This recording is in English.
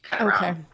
Okay